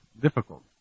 difficult